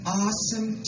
awesome